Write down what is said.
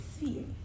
see